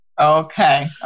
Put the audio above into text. Okay